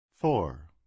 Four